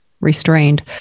restrained